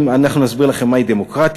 אומרים: אנחנו נסביר לכם מהי דמוקרטיה,